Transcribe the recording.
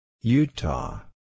Utah